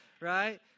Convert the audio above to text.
right